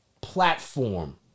platform